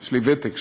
יש לי ותק שם.